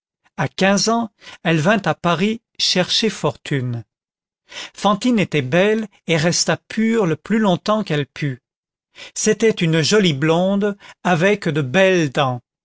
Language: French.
à quinze ans elle vint à paris chercher fortune fantine était belle et resta pure le plus longtemps qu'elle put c'était une jolie blonde avec de belles dents